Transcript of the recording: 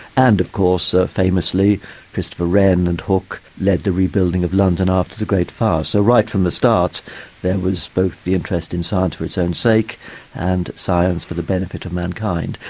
and of course ah famously christopher wren and hook led the rebuilding of london after the great fire. so right from the start there was both the interest in science for its own sake and science for the benefit of mankind,